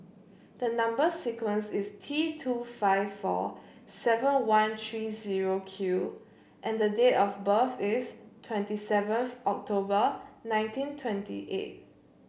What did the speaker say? the number sequence is T two five four seven one three zero Q and the date of birth is twenty seventh October nineteen twenty eight